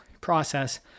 process